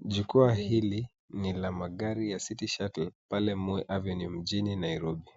Jukwaa hili ni la magari ya Citi Shuttle pale Moi Avenue, mjini Nairobi.